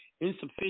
insufficient